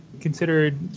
considered